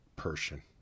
Persian